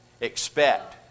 expect